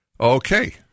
Okay